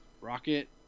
Rocket